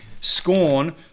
scorn